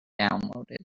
downloaded